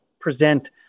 present